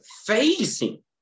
facing